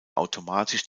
automatisch